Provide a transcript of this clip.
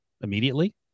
immediately